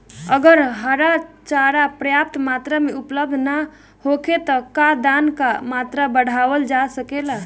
अगर हरा चारा पर्याप्त मात्रा में उपलब्ध ना होखे त का दाना क मात्रा बढ़ावल जा सकेला?